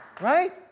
Right